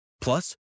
plus